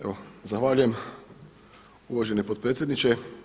Evo zahvaljujem uvaženi potpredsjedniče.